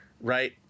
Right